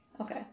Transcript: Okay